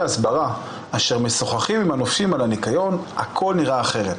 מקצועית ואומרים להם שהאחריות על הניקיון היא שלהם,